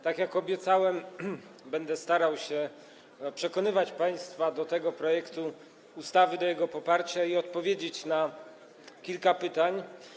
Tak jak obiecałem, będę starał się przekonać państwa do tego projektu ustawy, do jego poparcia i odpowiedzieć na kilka pytań.